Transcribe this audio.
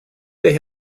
they